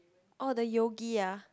orh the yogi ah